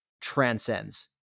transcends